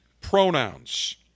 pronouns